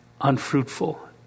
unfruitful